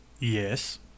Yes